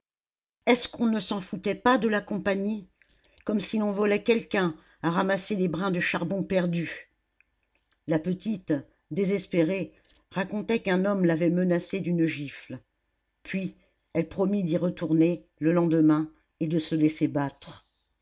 est-ce qu'on ne s'en foutait pas de la compagnie comme si l'on volait quelqu'un à ramasser les brins de charbon perdus la petite désespérée racontait qu'un homme l'avait menacée d'une gifle puis elle promit d'y retourner le lendemain et de se laisser battre